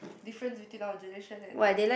difference between our generation and the